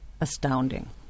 astounding